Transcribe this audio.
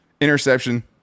Interception